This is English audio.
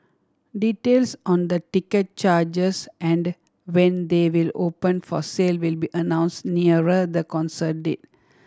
details on the ticket charges and when they will open for sale will be announce nearer the concert date